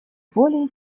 более